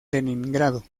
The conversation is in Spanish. leningrado